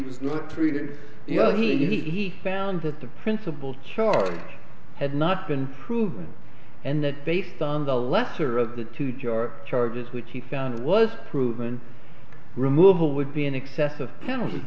was not treated well he found that the principal charge had not been proven and that based on the lesser of the two jar charges which he found was proven removal would be in excess of penalty